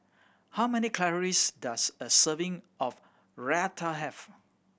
how many calories does a serving of Raita have